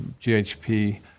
GHP